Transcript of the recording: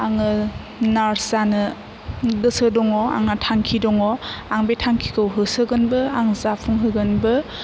आङो नार्स जानो गोसो दङ आंहा थांखि दङ आं बे थांखिखौ होसोगोनबो आं जाफुंहोगोनबो